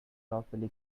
properly